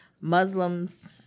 Muslims